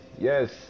Yes